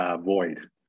void